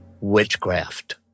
Witchcraft